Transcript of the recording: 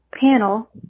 panel